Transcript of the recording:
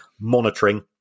monitoring